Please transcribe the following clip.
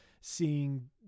seeing